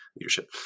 leadership